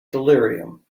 delirium